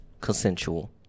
consensual